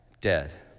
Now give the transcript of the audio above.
dead